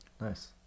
Nice